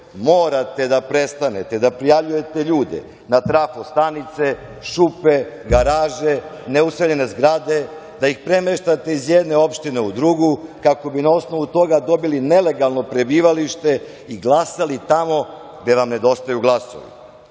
morate da prestanete da prijavljujete ljude na trafo stanice, šupe, garaže, neuseljene zgrade, da ih premeštate iz jedne opštine u drugu kako bi na osnovu toga dobili nelegalno prebivalište i glasali tamo gde vam nedostaju glasovi. Pod